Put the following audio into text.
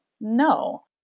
no